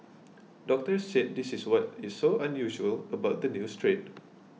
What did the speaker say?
doctors said this is what is so unusual about the new strain